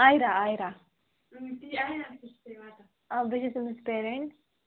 اَیرا اَیرا آ بہٕ چھس تٔمِس پیرینٛٹ